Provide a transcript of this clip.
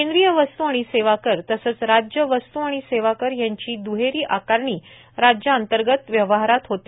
केंद्रीय वस्तू आणि सेवा कर तसंच राज्य वस्तू आणि सेवा कर यांची दुहेरी आकारणी राज्याअंतर्गत व्यवहारात होते